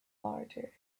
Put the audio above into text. larger